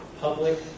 public